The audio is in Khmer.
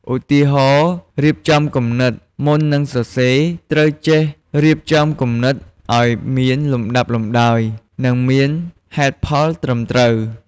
ឧទាហរណ៍ រៀបចំគំនិត មុននឹងសរសេរ ត្រូវចេះរៀបចំគំនិតឱ្យមានលំដាប់លំដោយ និងមានហេតុផលត្រឹមត្រូវ។